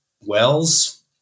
wells